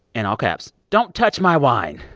in all caps, don't touch my wine.